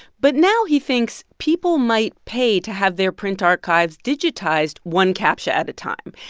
but now he thinks people might pay to have their print archives digitized one captcha at a time.